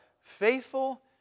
faithful